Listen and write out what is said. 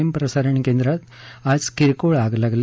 M प्रसारण केंद्रात आज किरकोळ आग लागली